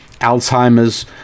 Alzheimer's